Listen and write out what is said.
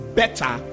better